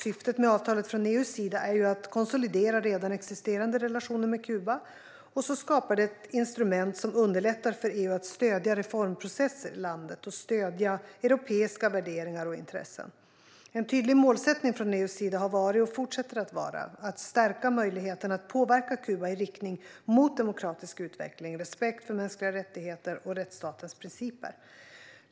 Syftet med avtalet från EU:s sida är att konsolidera redan existerande relationer med Kuba. Avtalet skapar också ett instrument som underlättar för EU att stödja reformprocessen i landet och främja europeiska värderingar och intressen. En tydlig målsättning från EU:s sida har varit och fortsätter att vara att stärka möjligheterna att påverka Kuba i riktning mot demokratisk utveckling och respekt för mänskliga rättigheter och rättsstatens principer.